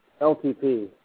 LTP